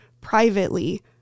privately